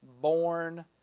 born